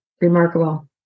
remarkable